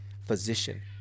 physician